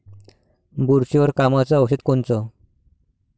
बुरशीवर कामाचं औषध कोनचं?